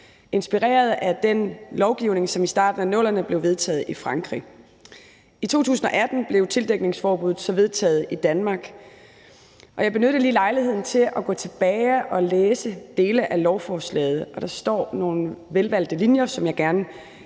inspireret af den lovgivning, som i starten af 00'erne blev vedtaget i Frankrig. I 2018 blev tildækningsforbuddet så vedtaget i Danmark, og jeg benyttede lige lejligheden til at gå tilbage og læse dele af lovforslaget, og der står nogle velvalgte linjer, som jeg gerne